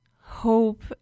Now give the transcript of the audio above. hope